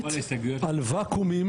על ואקומים